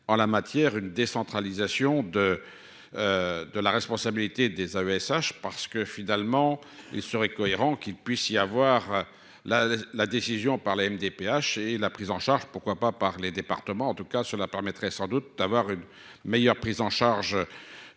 en la matière une décentralisation de de la responsabilité des AESH parce que finalement, il serait cohérent qu'il puisse y avoir la la décision par la MDPH et la prise en charge, pourquoi pas, par les départements, en tout cas, cela permettrait sans doute d'avoir une meilleure prise en charge